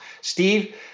Steve –